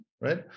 right